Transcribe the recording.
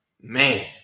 Man